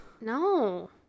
No